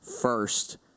first